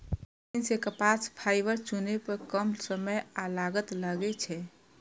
machine सं कपास fibre चुनै पर कम समय आ लागत लागै छै